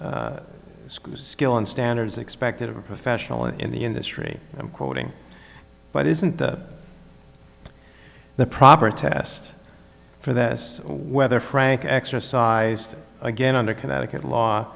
tests screw skill and standards expected of a professional in the industry i'm quoting but isn't that the proper test for that as whether frank exercised again under connecticut law